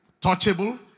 touchable